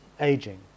aging